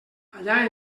allà